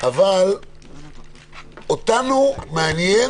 אותנו מעניין